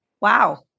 Wow